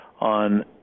on